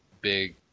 big